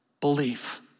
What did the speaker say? belief